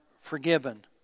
forgiven